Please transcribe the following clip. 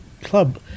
club